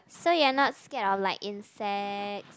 so you're not scared of like insects